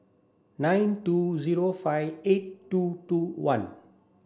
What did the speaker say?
nine two zero five eight two two one